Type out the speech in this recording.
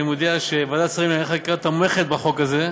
אני מודיע שוועדת השרים לענייני חקיקה תומכת בחוק הזה,